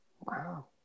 Wow